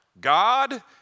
God